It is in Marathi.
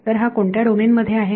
तर हा कोणत्या डोमेन मध्ये आहे